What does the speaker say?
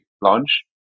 launch